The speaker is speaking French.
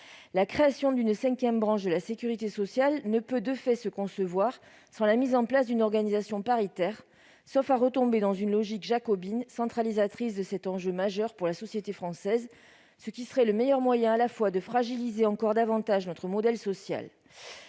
La création d'une cinquième branche de la sécurité sociale ne peut, de fait, se concevoir sans la mise en place d'une organisation paritaire, sauf à retomber dans une logique jacobine centralisatrice sur cet enjeu majeur pour la société française, ce qui serait le meilleur moyen de fragiliser encore davantage notre modèle social.